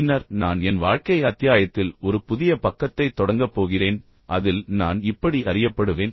பின்னர் நான் என் வாழ்க்கை அத்தியாயத்தில் ஒரு புதிய பக்கத்தை தொடங்கப் போகிறேன் அதில் நான் இப்படி அறியப்படுவேன்